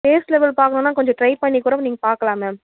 taste level பார்க்கணுன்னா கொஞ்சம் try பண்ணிக் கூட நீங்கள் பார்க்கலாம் மேம்